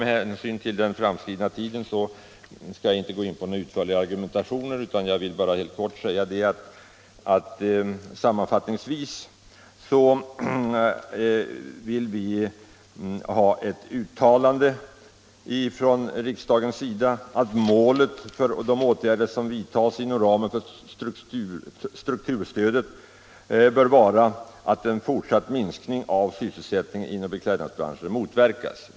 Med hänsyn till den framskridna tiden skall jag inte gå in på någon utförligare argumentation, utan jag vill bara sammanfattningsvis säga, att vi vill ha ett uttalande från riksdagens sida att målet för de åtgärder som vidtas inom ramen för strukturstödet bör vara att en fortsatt minskning av sysselsättningen inom beklädnadsbranschen motverkas.